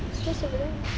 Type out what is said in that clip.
it's just over there